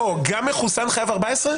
גם מחוסן חייב 14 יום?